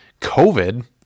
COVID